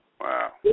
Wow